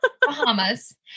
Bahamas